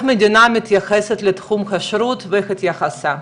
המדינה מתייחסת לתחום הכשרות ואיך התייחסה.